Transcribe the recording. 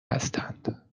هستند